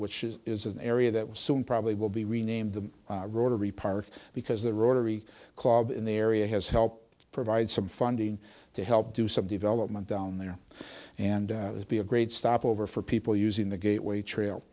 which is is an area that will soon probably will be renamed the rotary park because the rotary club in the area has helped provide some funding to help do some development down there and be a great stopover for people using the gateway trail